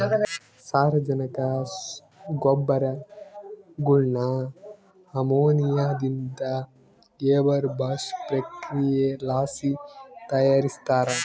ಸಾರಜನಕ ಗೊಬ್ಬರಗುಳ್ನ ಅಮೋನಿಯಾದಿಂದ ಹೇಬರ್ ಬಾಷ್ ಪ್ರಕ್ರಿಯೆಲಾಸಿ ತಯಾರಿಸ್ತಾರ